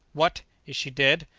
what! is she dead?